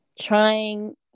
trying